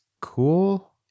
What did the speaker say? cool